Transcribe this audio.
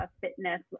fitness